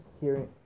hearing